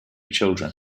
children